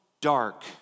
dark